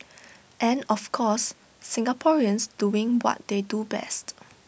and of course Singaporeans doing what they do best